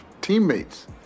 teammates